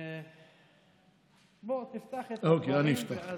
בוא, תפתח את, ואז,